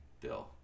bill